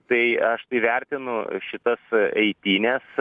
tai aš tai vertinu šitas eitynes